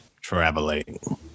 traveling